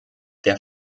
der